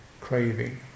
craving